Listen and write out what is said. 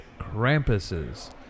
Krampuses